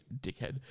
dickhead